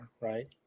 right